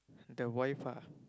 the wife ah